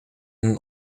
hun